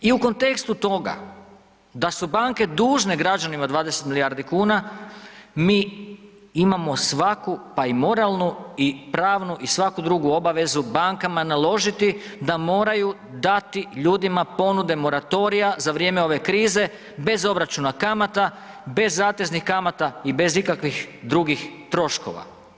I u kontekstu toga da su banke dužne građanima 20 milijardi kuna, mi imamo svaku pa i moralnu i pravnu i svaku drugu obavezu bankama naložiti da moraju dati ljudima ponude moratorija za vrijeme ove krize bez obračuna kamata, bez zateznih kamata i bez ikakvih drugih troškova.